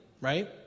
right